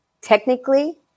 technically